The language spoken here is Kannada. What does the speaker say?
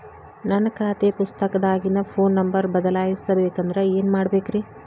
ನನ್ನ ಖಾತೆ ಪುಸ್ತಕದಾಗಿನ ಫೋನ್ ನಂಬರ್ ಬದಲಾಯಿಸ ಬೇಕಂದ್ರ ಏನ್ ಮಾಡ ಬೇಕ್ರಿ?